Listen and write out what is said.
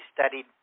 studied